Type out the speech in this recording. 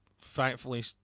thankfully